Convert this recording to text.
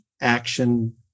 action